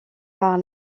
par